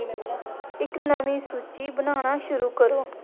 इक नमीं सूची बनाना शुरू करो